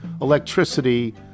electricity